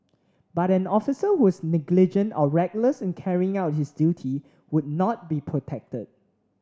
but an officer who was negligent or reckless in carrying out his duty would not be protected